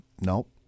Nope